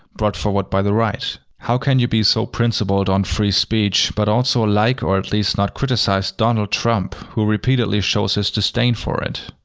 brought forward by the right? how can you be so principled on free speech, but also like or at least not criticize donald trump, who repeatedly shows his disdain for it?